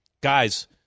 guys